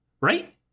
Right